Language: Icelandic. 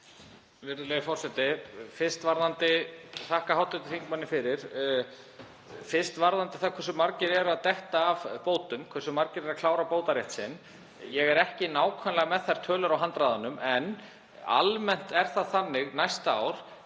Virðulegi forseti. Ég þakka hv. þingmanni fyrir. Fyrst varðandi það hversu margir eru að detta af bótum, hversu margir eru að klára bótarétt sinn. Ég er ekki nákvæmlega með þær tölur í handraðanum en almennt er það þannig næsta ár